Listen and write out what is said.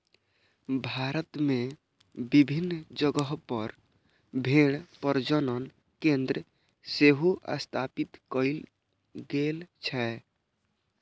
भारत मे विभिन्न जगह पर भेड़ प्रजनन केंद्र सेहो स्थापित कैल गेल छै